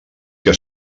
que